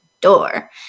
door